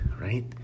right